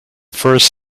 first